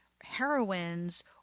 heroines